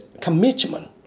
commitment